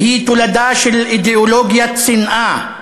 שהיא תולדה של אידיאולוגיית שנאה,